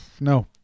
No